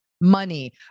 money